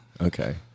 Okay